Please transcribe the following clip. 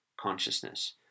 consciousness